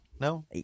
No